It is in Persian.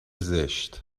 زشت